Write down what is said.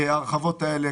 ההרחבות האלה.